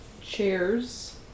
chairs